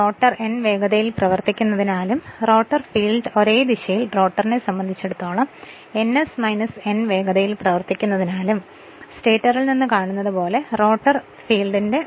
rotor n വേഗതയിൽ പ്രവർത്തിക്കുന്നതിനാലും rotor field ഒരേ ദിശയിൽ റോട്ടറിനെ സംബന്ധിച്ചിടത്തോളം ns n വേഗതയിൽ പ്രവർത്തിക്കുന്നതിനാലും സ്റ്റേറ്ററിൽ നിന്ന് കാണുന്നതുപോലെ റോട്ടർ ഫീൽഡിന്റെ മൊത്ത വേഗത n s ആയിരിക്കും